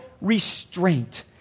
restraint